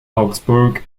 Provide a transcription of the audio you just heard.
augsburg